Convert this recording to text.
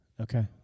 Okay